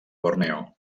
borneo